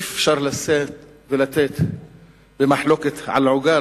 אי-אפשר לשאת ולתת במחלוקת על עוגה,